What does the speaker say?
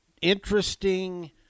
interesting